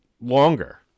longer